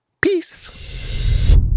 Peace